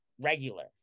regular